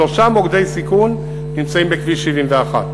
שלושה מוקדי סיכון נמצאים בכביש 71,